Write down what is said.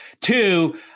Two